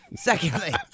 Secondly